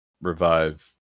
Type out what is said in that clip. revive